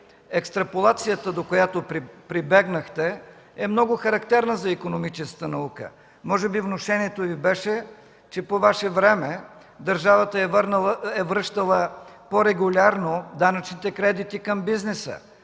екстраполацията, до която прибягнахте, е много характерна за икономическата наука. Може би внушението Ви беше, че по Ваше време държавата е връщала по-регулярно данъчните кредити към бизнеса.